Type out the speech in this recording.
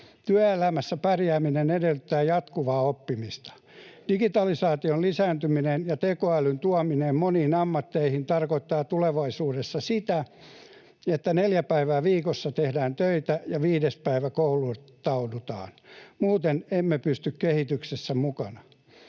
Työelämässä pärjääminen edellyttää jatkuvaa oppimista. Digitalisaation lisääntyminen ja tekoälyn tuominen moniin ammatteihin tarkoittaa tulevaisuudessa sitä, että neljä päivää viikossa tehdään töitä ja viides päivä kouluttaudutaan. Muuten emme pysy kehityksessä mukana.